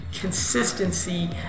consistency